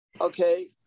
Okay